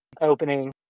opening